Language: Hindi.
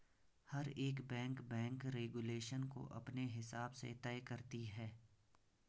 हर एक बैंक बैंक रेगुलेशन को अपने हिसाब से तय करती है